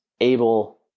able